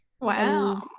Wow